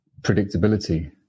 predictability